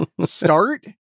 start